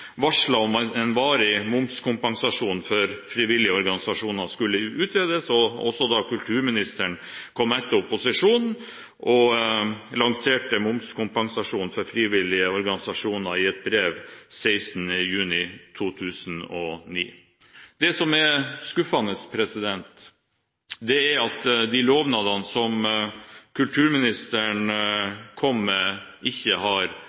om at en varig momskompensasjon for frivillige organisasjoner skulle utredes, og også da kulturministeren kom etter opposisjonen og lanserte momskompensasjon for frivillige organisasjoner i et brev den 16. juni 2009. Det som er skuffende, er at de lovnadene som kulturministeren kom med, ikke har blitt fulgt opp. Det har